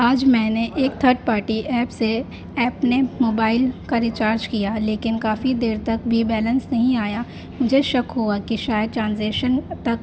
آج میں نے ایک تھرڈ پارٹی ایپ سے اپپ نے موبائل کا ریچارج کیا لیکن کافی دیر تک بھی بیلنس نہیں آیا مجھے شک ہوا کہ شاید ٹرانزیکشن تک